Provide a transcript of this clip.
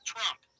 Trump